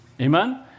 Amen